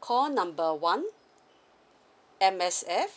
call number one M_S_F